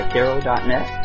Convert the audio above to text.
Caro.net